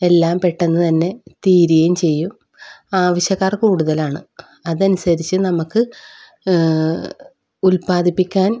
എല്ലാം പെട്ടെന്ന് തന്നെ തീരുകയും ചെയ്യും ആവശ്യക്കാർ കൂടുതലാണ് അതനുസരിച്ച് നമുക്ക് ഉൽപ്പാദിപ്പിക്കാൻ